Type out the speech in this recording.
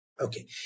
Okay